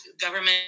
Government